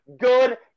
good